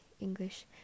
English